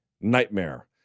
nightmare